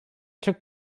took